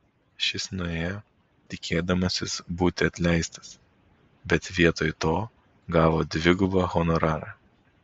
šis nuėjo tikėdamasis būti atleistas bet vietoj to gavo dvigubą honorarą